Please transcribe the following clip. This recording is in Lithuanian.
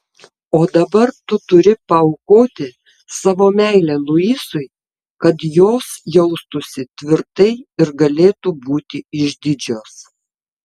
o dabar tu turi paaukoti savo meilę luisui kad jos jaustųsi tvirtai ir galėtų būti išdidžios